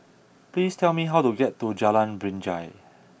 please tell me how to get to Jalan Binjai